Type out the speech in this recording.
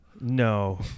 no